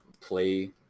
play